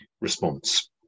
response